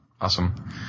Awesome